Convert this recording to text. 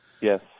Yes